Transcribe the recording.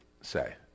say